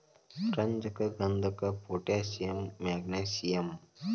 ರಂಜಕ ಗಂಧಕ potassium magnesium